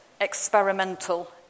experimental